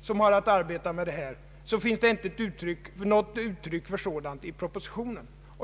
som har att arbeta med dessa frågor — finns det inget uttryck för i propositionen.